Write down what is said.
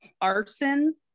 arson